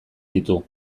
ditu